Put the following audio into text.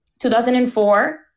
2004